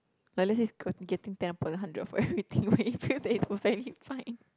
like let's say he's got getting ten upon a hundred for everything will you feels that it perfectly fine